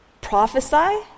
prophesy